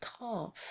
calf